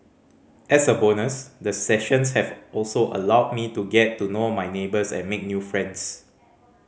as a bonus the sessions have also allowed me to get to know my neighbours and make new friends